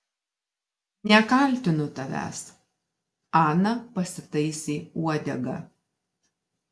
nekaltinu tavęs ana pasitaisė uodegą